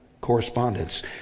correspondence